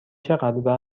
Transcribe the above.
چقدر